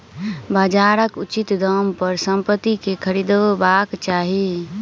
बजारक उचित दाम पर संपत्ति के खरीदबाक चाही